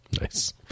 Nice